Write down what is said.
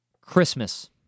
Christmas